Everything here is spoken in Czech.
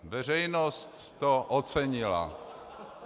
Veřejnost to ocenila.